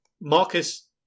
Marcus